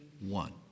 one